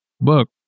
book